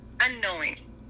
unknowing